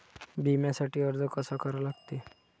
बिम्यासाठी अर्ज कसा करा लागते?